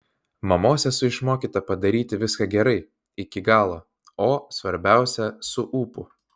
mamos esu išmokyta padaryti viską gerai iki galo o svarbiausia su ūpu